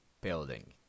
building